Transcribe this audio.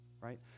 right